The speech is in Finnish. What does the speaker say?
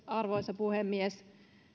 arvoisa puhemies